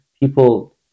people